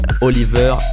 Oliver